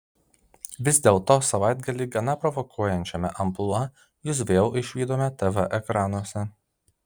vis dėlto savaitgalį gana provokuojančiame amplua jus vėl išvydome tv ekranuose